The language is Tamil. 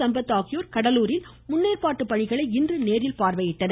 சம்பத் ஆகியோர் கடலூரில் முன்னேற்பாட்டு பணிகளை இன்று நேரில் பார்வையிட்டனர்